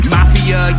Mafia